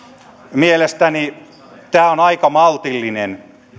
mielestäni tämä on aika maltillinen